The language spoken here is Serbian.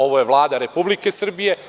Ovo je Vlada Republike Srbije.